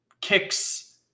kicks